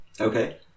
Okay